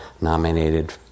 nominated